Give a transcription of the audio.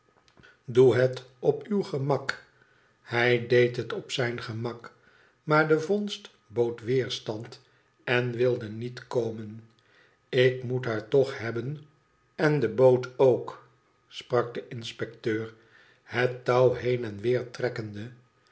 doe het op uw gemak hij deed het op zijn gemak maar de vondst bood weerstanden wilde niet komen ik moet haar toch hebben en de boot ook sprak de inspecteur het touw heen en weer trekkende